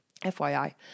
FYI